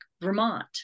Vermont